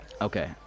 Okay